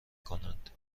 کنند